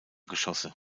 geschosse